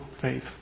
faith